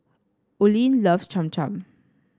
Oline loves Cham Cham